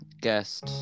guest